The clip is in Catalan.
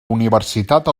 universitat